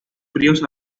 fríos